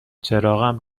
چراغم